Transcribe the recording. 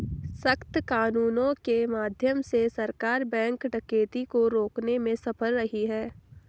सख्त कानूनों के माध्यम से सरकार बैंक डकैती को रोकने में सफल रही है